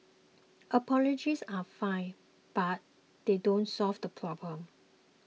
apologies are fine but they don't solve the problem